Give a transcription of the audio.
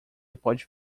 pode